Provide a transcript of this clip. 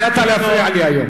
החלטת להפריע לי היום.